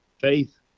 faith